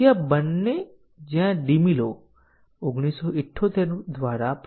હવે આગળનો પ્રશ્ન ફોલ્ટ આધારિત ટેસ્ટીંગ ટેકનીકનું ઉદાહરણ આપે છે